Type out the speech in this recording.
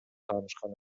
таанышкан